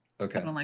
Okay